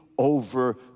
over